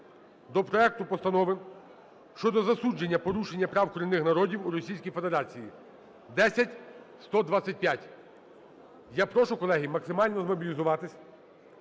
до проекту Постанови щодо засудження порушення прав корінних народів у Російській Федерації (10125). Я прошу, колеги, максимально змобілізуватися,